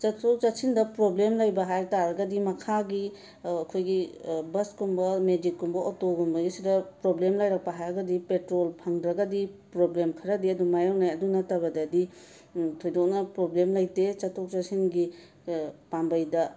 ꯆꯠꯊꯣꯛ ꯆꯠꯁꯤꯟꯗ ꯄ꯭ꯔꯣꯕ꯭ꯂꯦꯝ ꯂꯩꯕ ꯍꯥꯏ ꯇꯥꯔꯒꯗꯤ ꯃꯈꯥꯒꯤ ꯑꯩꯈꯣꯏꯒꯤ ꯕꯁꯀꯨꯝꯕ ꯃꯦꯖꯤꯛꯀꯨꯝꯕ ꯑꯣꯇꯣꯒꯨꯝꯕꯒꯤꯁꯤꯗ ꯄ꯭ꯔꯣꯕ꯭ꯂꯦꯝ ꯂꯩꯔꯛꯄ ꯍꯥꯏꯔꯒꯗꯤ ꯄꯦꯇ꯭ꯔꯣꯜ ꯐꯪꯗ꯭ꯔꯒꯗꯤ ꯄ꯭ꯔꯣꯕ꯭ꯔꯦꯝ ꯈꯔꯗꯤ ꯑꯗꯨꯝ ꯃꯥꯌꯣꯛꯅꯩ ꯑꯗꯨ ꯅꯠꯇꯕꯗꯗꯤ ꯊꯣꯏꯗꯣꯛꯅ ꯄ꯭ꯔꯣꯕ꯭ꯂꯦꯝ ꯂꯩꯇꯦ ꯆꯠꯊꯣꯛ ꯆꯠꯁꯤꯟꯒꯤ ꯄꯥꯝꯕꯩꯗ